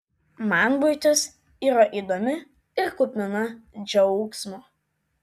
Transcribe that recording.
man buitis yra įdomi ir kupina džiaugsmo